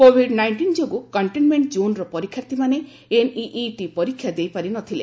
Covid nineteen ଯୋଗୁଁ containment କୋନ୍ର ପରୀକ୍ଷାର୍ଥୀମାନେ ଏନଇଇଟି ପରୀକ୍ଷା ଦେଇପାରି ନଥିଲେ